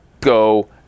go